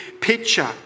picture